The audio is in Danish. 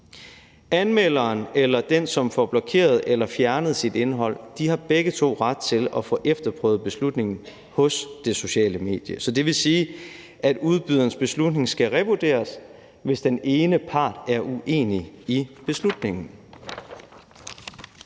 anmelderen eller den, som får blokeret eller fjernet sit indhold, har begge to ret til at få efterprøvet beslutningen hos det sociale medie. Det vil sige, at udbyderens beslutning skal revurderes, hvis den ene part er uenig i beslutningen.